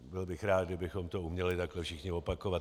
Byl bych rád, kdybychom to uměli takhle všichni opakovat.